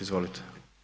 Izvolite.